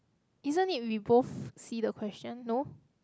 isn't it we both see the question no